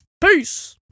Peace